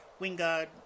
Wingard